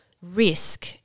Risk